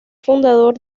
fundador